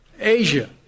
Asia